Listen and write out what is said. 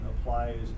applies